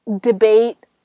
debate